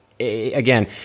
Again